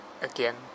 Again